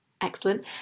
excellent